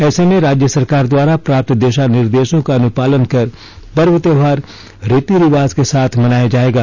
ऐसे में राज्य सरकार द्वारा प्राप्त दिशा निर्देशों का अनुपालन कर पर्व त्योहार रीति रिवाज के साथ मनाया जाएगा